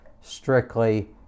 strictly